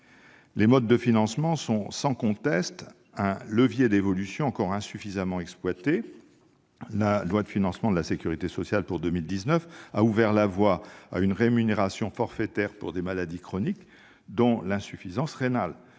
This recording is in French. Les modes de financement sont, sans conteste, un levier d'évolution encore insuffisamment exploité. La loi de financement de la sécurité sociale pour 2019 a ouvert la voie à une rémunération forfaitaire pour des maladies chroniques, dont l'insuffisance rénale,